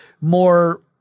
more